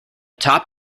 top